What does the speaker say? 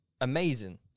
amazing